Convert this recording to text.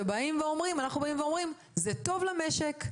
שאנחנו אומרים שזה טוב למשק,